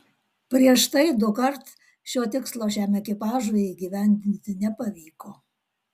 prieš tai dukart šio tikslo šiam ekipažui įgyvendinti nepavyko